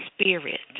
spirit